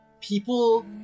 People